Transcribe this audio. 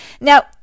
Now